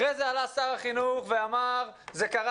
אחר כך עלה שר החינוך ואמר "זה לא קרה